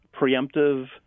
preemptive